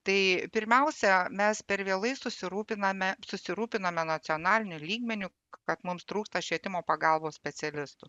tai pirmiausia mes per vėlai susirūpiname susirūpinome nacionaliniu lygmeniu kad mums trūksta švietimo pagalbos specialistų